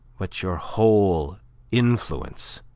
but your whole influence.